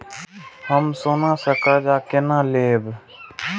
हम सोना से कर्जा केना लैब?